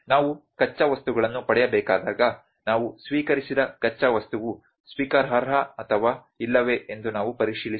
ನಾವು ಕಚ್ಚಾ ವಸ್ತುಗಳನ್ನು ಪಡೆಯಬೇಕಾದಾಗ ನಾವು ಸ್ವೀಕರಿಸಿದ ಕಚ್ಚಾ ವಸ್ತುವು ಸ್ವೀಕಾರಾರ್ಹ ಅಥವಾ ಇಲ್ಲವೇ ಎಂದು ನಾವು ಪರಿಶೀಲಿಸುತ್ತೇವೆ